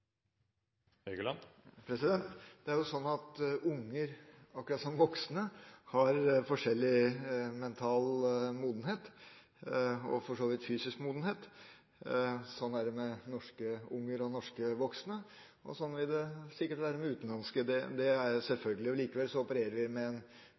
nytt. Det er jo sånn at unger, akkurat som voksne, har forskjellig mental modenhet – og for så vidt fysisk modenhet. Sånn er det med norske unger og norske voksne, og sånn vil det sikkert være med utenlandske. Det er